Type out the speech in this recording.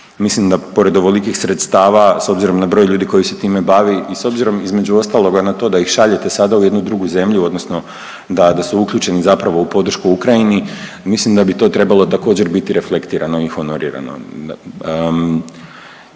Mislim da pored ovolikih sredstava s obzirom na broj ljudi koji se time bavi i s obzirom između ostaloga na to da ih šaljete sada u jednu drugu zemlju odnosno da, da su uključeni zapravo u podršku Ukrajini, mislim da bi to trebalo također biti reflektirano i honorirano.